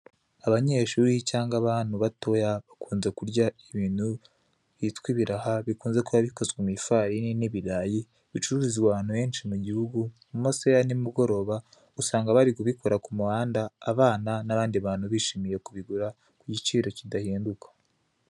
Abanyeshuri cyangwa abantu batoya bakunze kurya ibintu byitwa ibiraha, bikunze bikoze mu ifarini n'ibirayi, bicururizwa ahantu henshi mu gihugu, mu masaha ya nimugoroba usanga bari kubikora ku muhanda, abana n'abandi bantu bishimiye kubigura ku giciro kidahinduka.